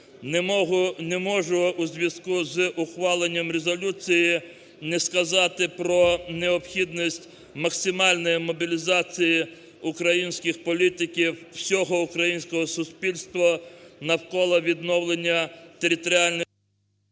Не можу в зв'язку з ухваленням резолюції не сказати про необхідність максимальної мобілізації українських політиків, всього українського суспільства навколо відновлення територіальної…